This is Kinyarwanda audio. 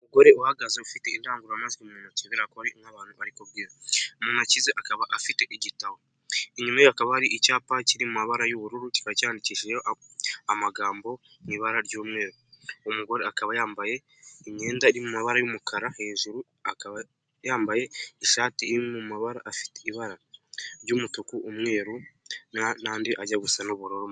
Umugore uhagaze ufite indangururamajwi mu ntoki kubera ko hari abantu ari kubwira , umuntu ukize akaba afite igitabo inyuma ye akaba hari icyapa kiri mu mabara y'ubururu kikaba cyanditseho amagambo mu ibara ry'umweru umugore akaba yambaye imyenda y'amabara y'umukara hejuru akaba yambaye ishati iri mu mabara afite ibara ry'umutuku, umweru n'andi ajya gusa n'ubururu.